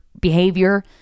behavior